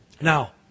Now